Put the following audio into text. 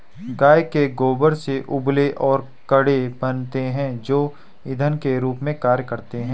गाय के गोबर से उपले और कंडे बनते हैं जो इंधन के रूप में कार्य करते हैं